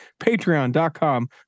Patreon.com